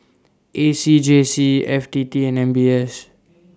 A C J C F T T and M B S